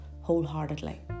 wholeheartedly